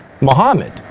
Muhammad